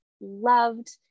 loved